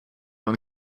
und